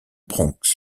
bronx